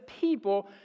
people